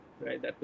right